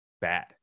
bad